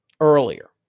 earlier